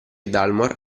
dalmor